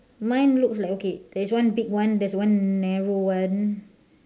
mine looks like okay there is one big one there is one narrow one